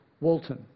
Walton